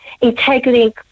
integrity